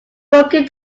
broken